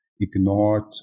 ignored